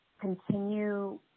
continue